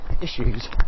issues